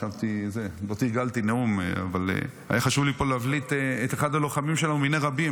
אבל היה חשוב לי להבליט את אחד הלוחמים שלנו מני רבים.